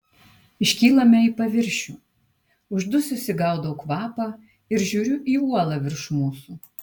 iškylame į paviršių uždususi gaudau kvapą ir žiūriu į uolą virš mūsų